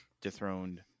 dethroned